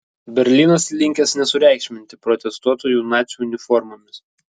berlynas linkęs nesureikšminti protestuotojų nacių uniformomis